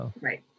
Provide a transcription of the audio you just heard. Right